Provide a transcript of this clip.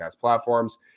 platforms